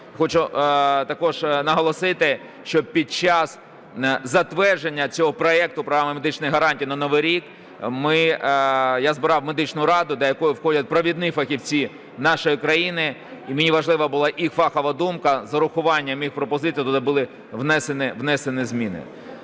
Хочу також наголосити, що під час затвердження цього проекту Програми медичних гарантій на новий рік я збирав медичну раду, до якої входять провідні фахівці нашої країни і мені важлива була їх фахова думка, з урахуванням їх пропозицій туди були внесені зміни.